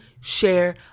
share